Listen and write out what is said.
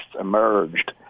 emerged